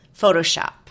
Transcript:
Photoshop